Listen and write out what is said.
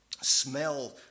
smell